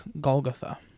Golgotha